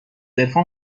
عرفان